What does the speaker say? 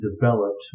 developed